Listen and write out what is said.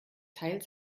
teil